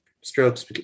strokes